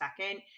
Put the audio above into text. second